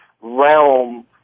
realm